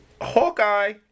hawkeye